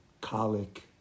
colic